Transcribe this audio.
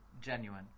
genuine